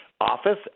Office